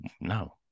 No